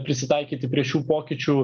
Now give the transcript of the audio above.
prisitaikyti prie šių pokyčių